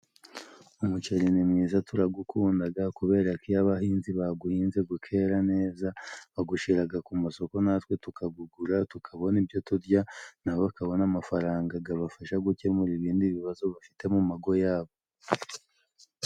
Umuceri ni mwiza turagukundaga kubera ko iyo abahinzi baguhinze gukera neza bagushiraga ku masoko, natwe tukagugura tukabona ibyo turya na bakabona amafaranga, gabafasha gukemura ibindi bibazo bafite mu mago yabo.